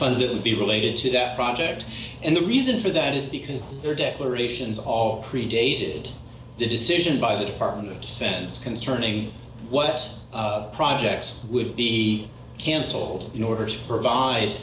would be related to that project and the reason for that is because their declarations all predated the decision by the department of defense concerning what projects would be cancelled in order to provide